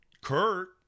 Kurt